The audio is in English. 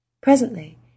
Presently